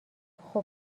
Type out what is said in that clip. خوب